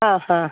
ആ ഹാ